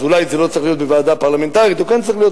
אז אולי זה לא צריך להיות בוועדה פרלמנטרית או כן צריך להיות,